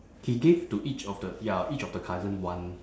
he gave to each of the ya each of the cousin one